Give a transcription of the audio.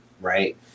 right